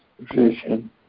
vision